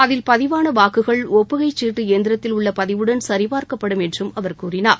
அதில் பதிவான வாக்குகள் ஒப்புகைச் சீட்டு இயந்திரத்தில் உள்ள பதிவுடன் சரிபார்க்கப்படும் என்றம் அவர் கூறினார்